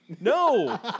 No